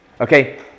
Okay